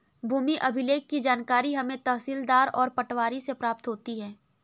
भूमि अभिलेख की जानकारी हमें तहसीलदार और पटवारी से प्राप्त होती है